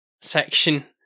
section